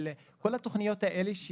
כל התוכניות האלה,